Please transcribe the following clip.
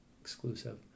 exclusive